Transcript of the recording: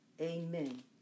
amen